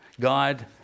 God